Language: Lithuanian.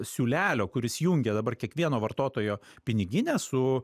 siūlelio kuris jungia dabar kiekvieno vartotojo piniginę su